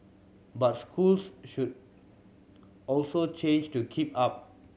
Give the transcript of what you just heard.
but schools should also change to keep up